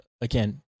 again